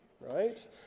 right